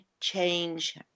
change